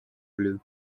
blue